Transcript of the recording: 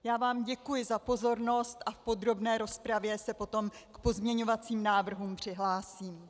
Já vám děkuji za pozornost a v podrobné rozpravě se potom k pozměňovacím návrhům přihlásím.